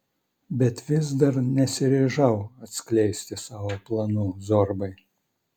bet vis dar nesiryžau atskleisti savo planų zorbai